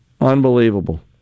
Unbelievable